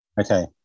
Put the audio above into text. okay